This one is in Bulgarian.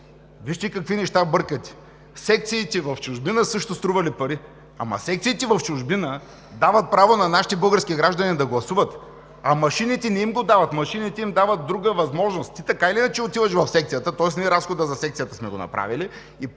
Вижте какви неща бъркате: секциите в чужбина също стрували пари. Ама секциите в чужбина дават право на нашите български граждани да гласуват, а машините не им го дават, машините им дават друга възможност. Ти така или иначе отиваш в секцията. Тоест разхода за секцията, където човек може да